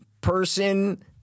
person